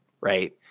right